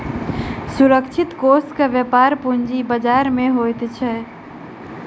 सुरक्षित कोषक व्यापार पूंजी बजार में होइत अछि